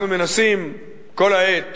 אנחנו מנסים כל העת